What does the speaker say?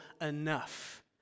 enough